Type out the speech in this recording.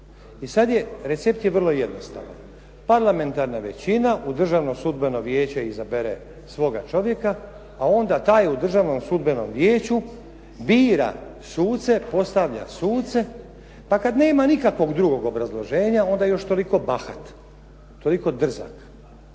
I sad je, recept je vrlo jednostavan. Parlamentarna većina u državno sudbeno vijeće izabere svoga čovjeka, a onda taj u državnom sudbenom vijeću bira suce, postavlja suce, pa kad nema nikakvog drugog obrazloženja, onda je još toliko bahat, toliko drzak